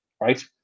right